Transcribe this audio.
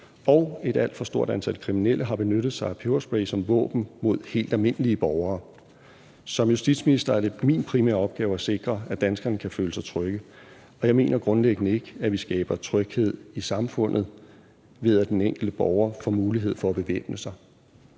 at et alt for stort antal kriminelle har benyttet sig af peberspray som våben mod helt almindelige borgere. Som justitsminister er det min primære opgave at sikre, at danskerne kan føle sig trygge, og jeg mener grundlæggende ikke, at vi skaber tryghed i samfundet, ved at den enkelte borger får mulighed for at bevæbne sig